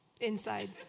Inside